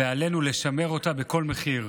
ועלינו לשמר אותה בכל מחיר.